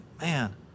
man